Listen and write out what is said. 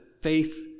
faith